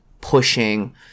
pushing